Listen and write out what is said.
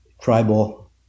tribal